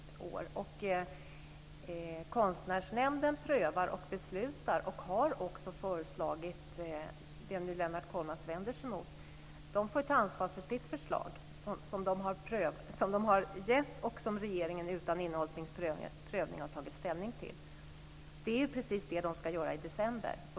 Herr talman! Vi tycker att det är naturligt att föra över detta så snabbt som möjligt, eftersom prövningen sker i december månad. Annars går det ytterligare ett år. Konstnärsnämnden prövar och beslutar och har också föreslagit det som Lennart Kollmats vänder sig emot. De får ta ansvar för sitt förslag som de har gett och som regeringen utan innehållslig prövning har fattat beslut om. Det är precis det de ska göra i december.